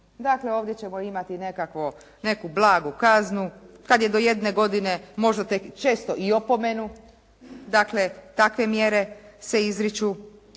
Dakle, ovdje ćemo imati neku blagu kaznu. Kada je do jedne godine možda tek često i opomenu. Dakle takve mjere se izriču